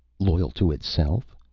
loyal to itself?